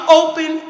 open